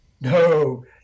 No